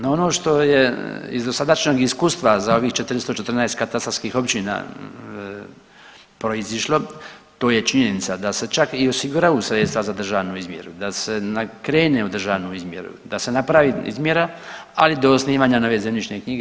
No, ono što je iz dosadašnjeg iskustva za ovih 414 katastarskih općina proizišlo to je činjenica da se čak i osiguraju sredstva za državnu izmjeru, da se krene u državnu izmjeru, da se napravi izmjera ali do osnivanja nove zemljišne knjige.